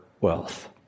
wealth